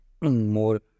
more